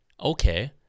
okay